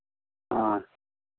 आँ